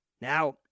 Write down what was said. Now